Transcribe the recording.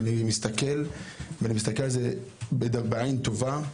ואני מסתכל על זה בעין טובה,